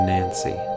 Nancy